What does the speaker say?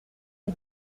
rue